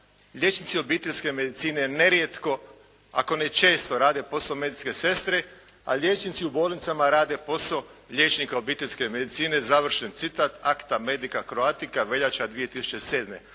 liječnici obiteljske medicine nerijetko ako ne često rade posao medicinske sestre, a liječnici u bolnicama rade posao liječnika obiteljske medicine" završen citat "Akta Medika Croatika" veljača 2007.